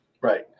Right